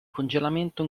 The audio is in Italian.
congelamento